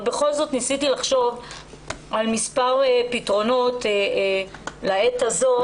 אל בכל זאת ניסיתי לחשוב על מספר פתרונות לעת הזאת.